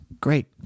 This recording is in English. Great